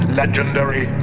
legendary